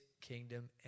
kingdom